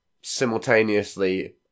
simultaneously